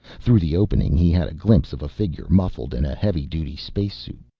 through the opening he had a glimpse of a figure muffled in a heavy-duty spacesuit.